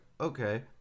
okay